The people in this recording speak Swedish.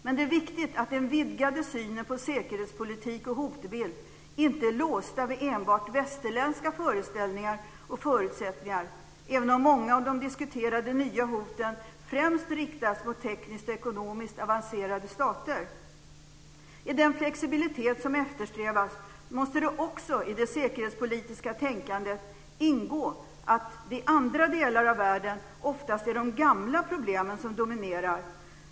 Men det är viktigt att den vidgade synen på säkerhetspolitik och hotbild inte är låst vid enbart västerländska föreställningar och förutsättningar, även om många av de diskuterade nya hoten främst riktas mot tekniskt och ekonomiskt avancerade stater. I den flexibilitet som eftersträvas måste det också i det säkerhetspolitiska tänkandet ingå att det i andra delar av världen oftast är de gamla problemen som dominerar.